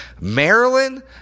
Maryland